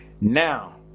now